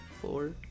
four